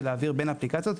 ולהעביר בין האפליקציות,